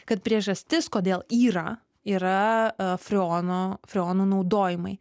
kad priežastis kodėl yra yra freono freonų naudojimai